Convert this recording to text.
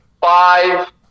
five